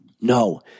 No